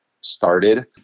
started